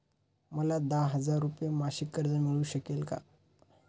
मला दहा हजार रुपये मासिक कर्ज मिळू शकेल का?